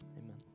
Amen